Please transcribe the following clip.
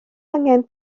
angen